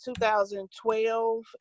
2012